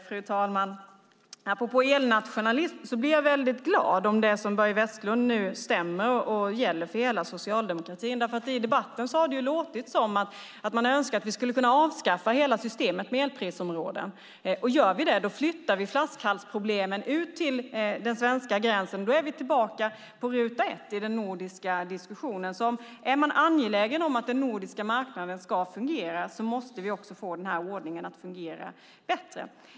Fru talman! Apropå detta med elnationalism: Jag blir väldigt glad om det som Börje Vestlund säger här gäller för hela socialdemokratin. I debatten har det låtit som att man önskar att vi kunde avskaffa hela systemet med elprisområden. Men gör vi det flyttar vi flaskhalsproblemen ut till den svenska gränsen, och då är vi tillbaka på ruta ett i den nordiska diskussionen. Är man angelägen om att den nordiska marknaden ska fungera måste vi få en bättre ordning här.